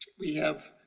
we have.